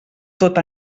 tot